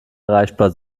erreichbar